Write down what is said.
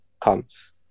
comes